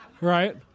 Right